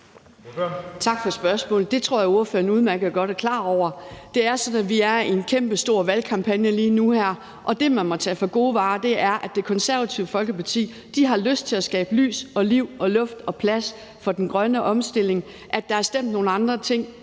Tak for spørgsmålet. Det tror jeg ordføreren udmærket godt er klar over. Det er sådan, at vi her lige nu er i en kæmpestor valgkampagne, og det, man må tage for gode varer, er, at Det Konservative Folkeparti har lyst til at skabe lys, liv, luft og plads for den grønne omstilling. At der er blevet stemt nogle andre ting